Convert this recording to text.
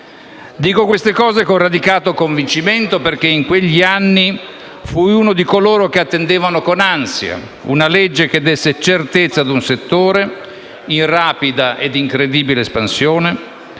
Dico queste cose con radicato convincimento perché in quegli anni fu uno di coloro che attendevano con ansia una legge che desse certezza a un settore in rapida e incredibile espansione,